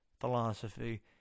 philosophy